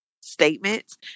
statements